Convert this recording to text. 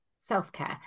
self-care